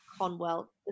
Conwell